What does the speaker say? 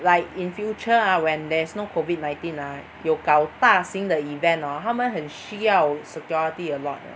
like in future ah when there is no COVID nineteen ah 有搞大型的 event orh 他们很需要 security a lot 的